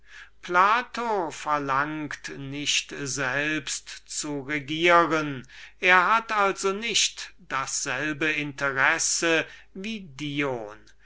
plato verlangt nicht selbst zu regieren er hat also nicht das nämliche interesse wie dion